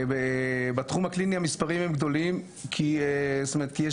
בתחום הקליני המספרים הם גדולים כי יש